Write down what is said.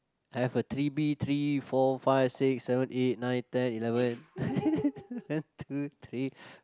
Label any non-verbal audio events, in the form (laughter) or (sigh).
I have a three bee three four five six seven eight nine ten eleven (laughs) one two three